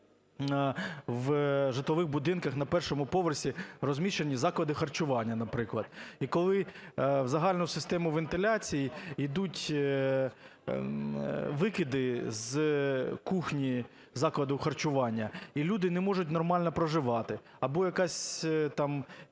в житлових будинках на першому поверсі розміщені заклади харчування, наприклад. І коли в загальну систему вентиляції йдуть викиди з кухні закладу харчування, і люди не можуть нормально проживати, або якась там